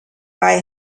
buy